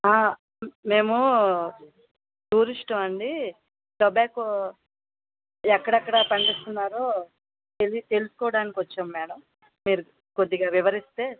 మేము టూరిస్టుమండి టొబాకో ఎక్కడెక్కడ పండిస్తున్నారో ఇది తెలుసుకోవడానికి వచ్చాము మ్యాడం మీరు కొద్దిగా వివరిస్తే